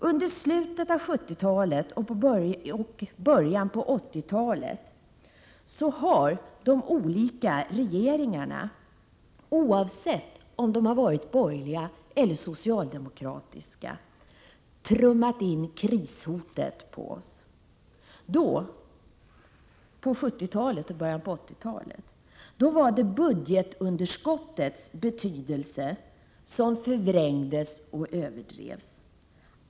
Under slutet av 1970-talet och början av 1980-talet har de olika regeringarna — oavsett om de har varit borgerliga eller socialdemokratiska — trummat in krishotet hos oss. Då, på 1970-talet och början av 1980-talet, var det budgetunderskottets betydelse som förvrängdes och överdrevs.